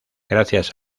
gracias